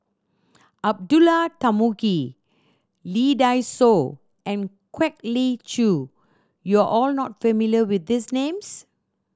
Abdullah Tarmugi Lee Dai Soh and Kwek Leng Joo you are all not familiar with these names